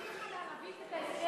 אתה רוצה תרגום לערבית?